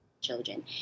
children